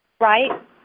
Right